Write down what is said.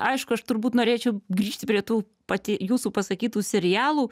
aišku aš turbūt norėčiau grįžti prie tų pati jūsų pasakytų serialų